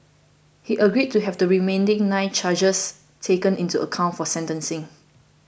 he agreed to have the remaining nine charges taken into account for sentencing